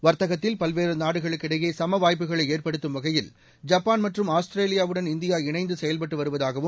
வர்த்தகத்தில் பல்வேறு நாடுகளுக்கு இடையே சமவாய்ப்புகளை ஏற்படுத்தும் வகையில் ஜப்பான் மற்றும் ஆஸ்திரேலியாவுடன் இந்தியா இணைந்து செயல்பட்டு வருவதாகவும்